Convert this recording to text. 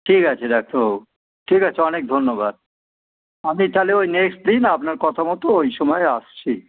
ঠিক আছে ডাক্তারবাবু ঠিক আছে অনেক ধন্যবাদ আমি তাহলে ওই নেক্সট দিন আপনার কথা মতো ওই সময়ে আসছি